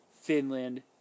Finland